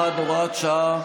51, הוראת שעה)